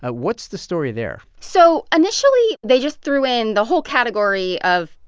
ah what's the story there? so initially, they just threw in the whole category of,